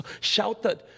shouted